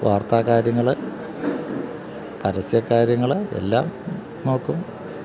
വാർത്താ കാര്യങ്ങള് പരസ്യ കാര്യങ്ങള് എല്ലാം നോക്കും